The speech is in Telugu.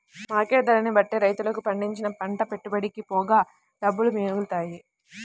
మార్కెట్ ధరని బట్టే రైతులకు పండించిన పంట పెట్టుబడికి పోగా డబ్బులు మిగులుతాయి